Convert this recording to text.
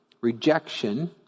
rejection